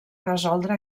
resoldre